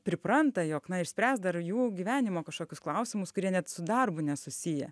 pripranta jog na išspręs dar jų gyvenimo kažkokius klausimus kurie net su darbu nesusiję